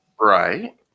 right